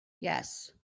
Yes